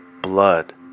blood